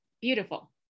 beautiful